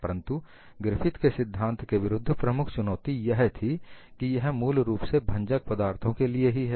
परंतु ग्रिफिथ के सिद्धांत के विरुद्ध प्रमुख चुनौती यह थी कि यह मूल रूप से भंजक पदार्थों के लिए ही है